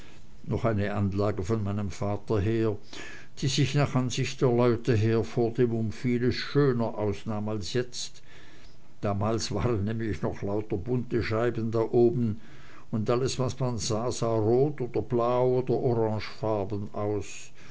noch eine anlage von meinem vater her die sich nach ansicht der leute hier vordem um vieles schöner ausnahm als jetzt damals waren nämlich noch lauter bunte scheiben da oben und alles was man sah sah rot oder blau oder orangefarben aus